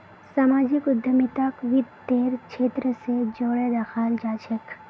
सामाजिक उद्यमिताक वित तेर क्षेत्र स जोरे दखाल जा छेक